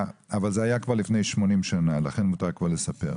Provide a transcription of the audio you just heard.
אבל לפני 80 שנים ולכן כבר מותר לספר.